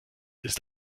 ist